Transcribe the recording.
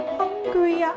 hungry